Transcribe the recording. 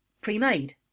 Pre-made